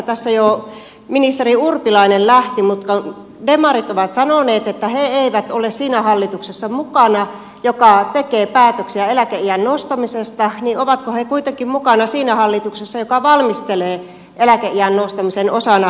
tässä jo ministeri urpilainen lähti mutta kun demarit ovat sanoneet että he eivät ole siinä hallituksessa mukana joka tekee päätöksiä eläkeiän nostamisesta niin ovatko he kuitenkin mukana siinä hallituksessa joka valmistelee eläkeiän nostamisen osana eläkeuudistusta